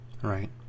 Right